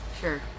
Sure